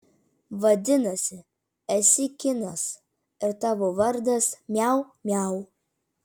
vadinasi esi kinas ir tavo vardas miau miau